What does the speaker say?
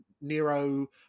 Nero